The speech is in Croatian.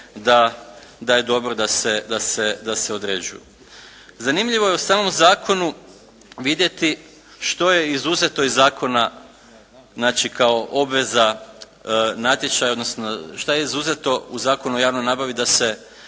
da je dobro da se određuju. Zanimljivo je u samom zakonu vidjeti što je izuzeto iz zakona znači kao obveza natječaja odnosno šta je izuzeto u Zakonu o javnoj nabavi da se